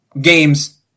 games